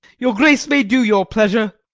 your grace may do your pleasure.